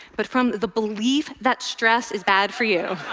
but from the belief that stress is bad for you.